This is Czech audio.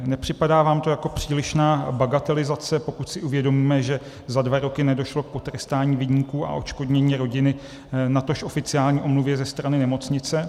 Nepřipadá vám to jako přílišná bagatelizace, pokud si uvědomíme, že za dva roky nedošlo k potrestání viníků a odškodnění rodiny, natož oficiální omluvě ze strany nemocnice?